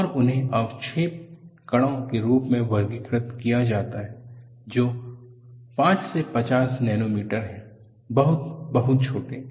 और उन्हें अवक्षेप कणों के रूप में वर्गीकृत किया जाता है जो 5 से 50 नैनोमीटर हैं बहुत बहुत छोटे